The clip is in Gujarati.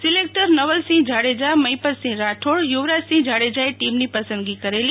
સિલેક્ટર નવલસિંહ જાડેજા મહિપતસિંહ રાઠોડ યુવરાજસિંહ જાડેજાએ ટીમની પસંદગી કરેલી